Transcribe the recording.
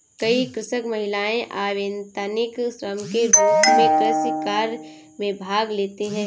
कई कृषक महिलाएं अवैतनिक श्रम के रूप में कृषि कार्य में भाग लेती हैं